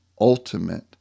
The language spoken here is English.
ultimate